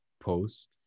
post